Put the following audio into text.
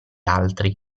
altri